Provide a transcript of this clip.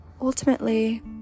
ultimately